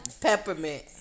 peppermint